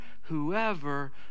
whoever